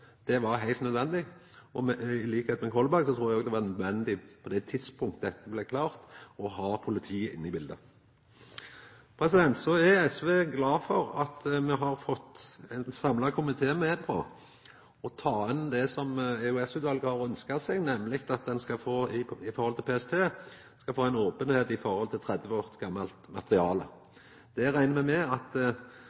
Det var heilt nødvendig, og til liks med representanten Kolberg trur eg òg det var nødvendig å få politiet inn i biletet på det tidspunktet då dette blei klart. Så er SV glad for at me har fått ei samla komité med på å ta inn det som EOS-utvalet har ønskt seg, nemleg at når det gjeld PST, skal ein få